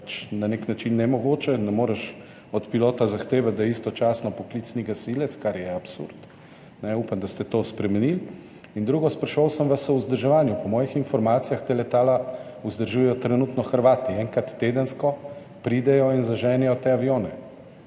na nek način nemogoči, ne moreš od pilota zahtevati, da je istočasno poklicni gasilec, kar je absurd. Upam, da ste to spremenili. In drugo, spraševal sem vas o vzdrževanju. Po mojih informacijah ta letala trenutno vzdržujejo Hrvati. Enkrat tedensko pridejo in zaženejo te avione.